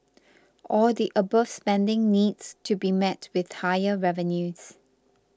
all the above spending needs to be met with higher revenues